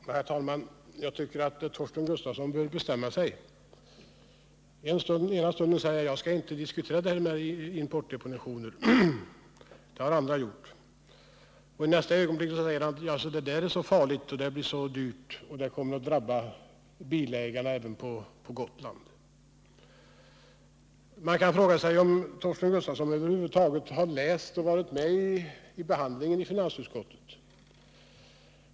Herr talman! Jag tycker att Torsten Gustafsson bör bestämma sig. Först säger han: Jag skall inte diskutera förslaget om importdepositioner — det har andra gjort. Och i nästa ögonblick säger han att det är ett farligt och dyrt förslag — det kommer att drabba bilägarna även på Gotland. Man kan fråga sig om Torsten Gustafsson över huvud taget läst förslaget och varit med vid behandlingen av det i finansutskottet.